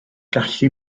gallu